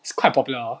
it's quite popular